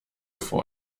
vor